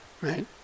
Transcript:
right